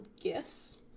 gifts